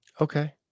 Okay